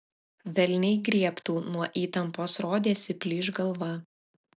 velniai griebtų nuo įtampos rodėsi plyš galva